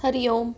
हरिः ओम्